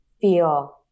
feel